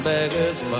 Beggar's